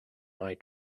eye